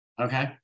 Okay